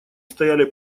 стояли